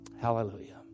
Hallelujah